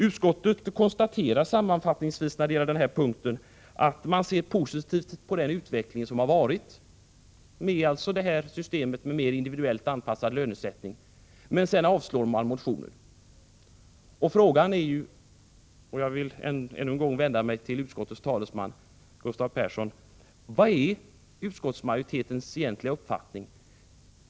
Utskottet konstaterar sammanfattningsvis när det gäller denna punkt att man ser positivt på utvecklingen med individuellt anpassad lönesättning, men sedan avslås motionen. Jag vill än en gång vända mig till utskottets talesman Gustav Persson och fråga: Vad är utskottsmajoritetens egentliga uppfattning?